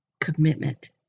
commitment